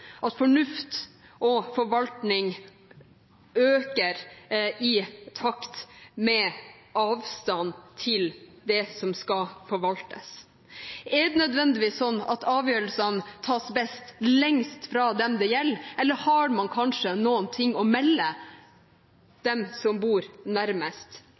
at fornuft og forvaltning øker i takt med avstanden til det som skal forvaltes? Er det nødvendigvis sånn at avgjørelsene tas best lengst fra dem det gjelder, eller har kanskje de som bor nærmest, noe å melde?